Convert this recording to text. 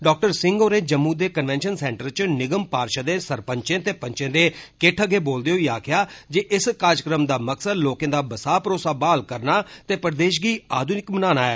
doctor Singh होरें जम्मू दे convention centre च निगम पार्षदें सरपंचें ते पंचें दे किट्ट अग्गै बोलदे होई आक्खेआ जे इस कार्जक्रम दा मकसद लोकें दा बसाह भरोसा बहाल करना ते प्रदेश गी आधूनिक बनाना ऐ